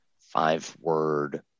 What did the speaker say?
five-word